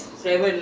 no lah